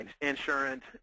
insurance